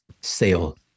sale